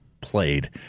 played